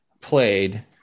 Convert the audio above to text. played